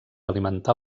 alimentar